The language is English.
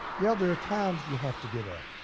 yeah, there are times you have to get up.